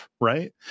Right